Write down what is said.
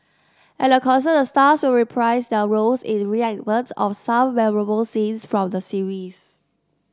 at the concert the stars will reprise their roles in reenactments of some memorable scenes from the series